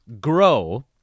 grow